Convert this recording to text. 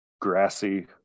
grassy